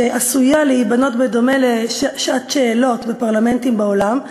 שעשויה להיבנות בדומה לשעת שאלות בפרלמנטים בעולם,